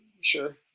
Sure